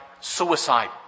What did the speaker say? Suicide